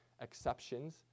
exceptions